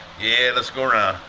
yeah, let's go around.